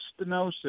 stenosis